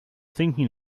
thinking